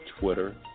Twitter